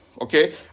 okay